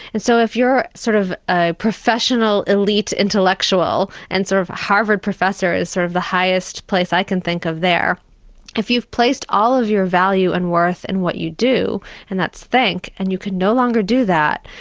and so if you're a sort of ah professional, elite, intellectual and sort of harvard professor is sort of the highest place i can think of there if you've placed all of your value and worth in what you do and that's think, and you can no longer do that,